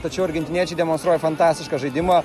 tačiau argentiniečiai demonstruoja fantastišką žaidimą